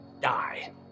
die